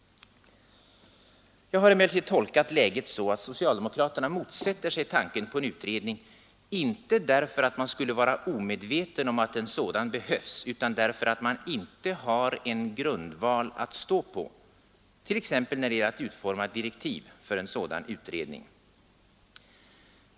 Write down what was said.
Jag har emellertid tolkat läget så att socialdemokraterna motsätter sig tanken på en utredning, inte därför att man skulle vara omedveten om att en sådan behövs utan därför att man inte har en grundval att stå på, till exempel när det gäller att utforma direktiv för en sådan utredning.